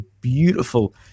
beautiful